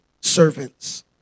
servants